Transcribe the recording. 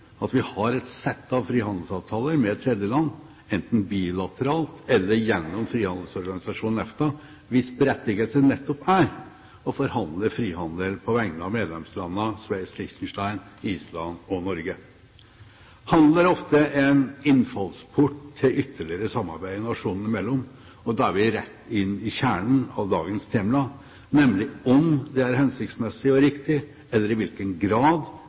at vi har et sett av frihandelsavtaler med tredjeland, enten bilateralt eller gjennom frihandelsorganisasjonen EFTA, hvis berettigelse nettopp er å forhandle frihandel på vegne av medlemslandene Sveits, Liechtenstein, Island og Norge. Handel er ofte en innfallsport til ytterligere samarbeid nasjonene imellom, og da er vi rett inn i kjernen av dagens tema, nemlig om det er hensiktsmessig og riktig eller i hvilken grad